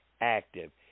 active